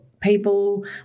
people